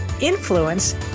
influence